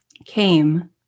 came